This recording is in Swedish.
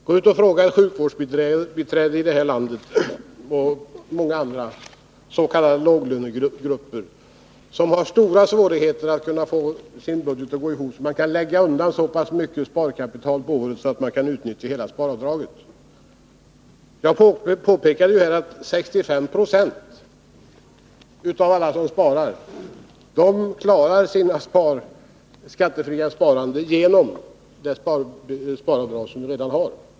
Gå ut och fråga ett sjukvårdsbiträde i det här landet och många andra inom s.k. låglönegrupper, som har stora svårigheter att få sin budget att gå ihop, om de kan lägga undan så pass mycket under året att de kan utnyttja hela sparavdraget! Jag påpekade ju att 65 26 av alla som sparar klarar sitt skattefria sparande genom det sparavdrag som de redan har.